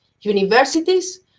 universities